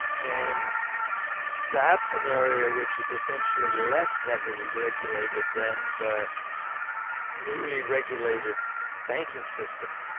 and that's an area which is essentially less heavily regulated than the newly regulated banking system.